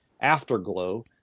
afterglow